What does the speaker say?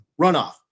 runoff